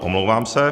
Omlouvám se.